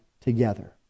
together